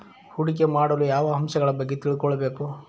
ಹೂಡಿಕೆ ಮಾಡಲು ಯಾವ ಅಂಶಗಳ ಬಗ್ಗೆ ತಿಳ್ಕೊಬೇಕು?